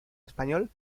español